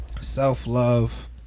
self-love